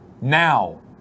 now